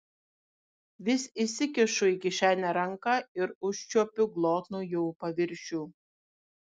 vis įsikišu į kišenę ranką ir užčiuopiu glotnų jų paviršių